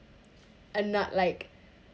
and not like